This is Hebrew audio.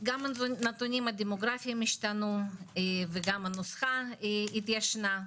גם הנתונים הדמוגרפיים השתנו וגם הנוסחה התיישנה,